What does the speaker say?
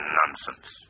nonsense